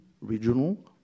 regional